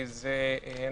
זה בתקש"ח.